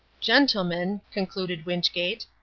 gentlemen, concluded wynchgate,